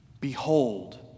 Behold